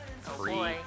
Free